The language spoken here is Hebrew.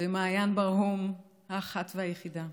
מעין ברהום, האחת והיחידה,